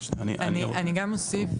אני גם אוסיף,